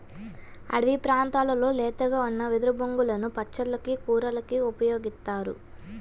అడివి ప్రాంతాల్లో లేతగా ఉన్న వెదురు బొంగులను పచ్చళ్ళకి, కూరలకి కూడా ఉపయోగిత్తారు